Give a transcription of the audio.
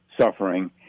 suffering